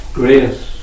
grace